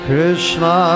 Krishna